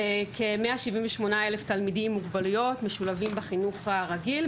כ-178 אלף תלמידים עם מוגבלויות משולבים בחינוך הרגיל.